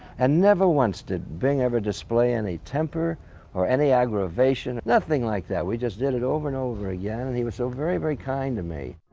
and never once did bing ever display any temper or any aggravation, nothing like that. we just did it over and over again yeah and and he was so very very kind to me.